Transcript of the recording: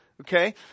Okay